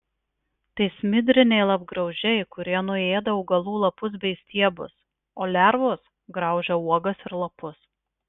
tai smidriniai lapgraužiai kurie nuėda augalų lapus bei stiebus o lervos graužia uogas ir lapus